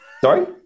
sorry